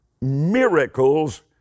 miracles